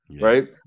right